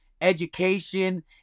education